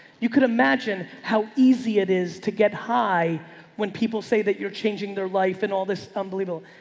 you could imagine how easy it is to get high when people say that you're changing their life and all this unbelievable,